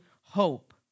hope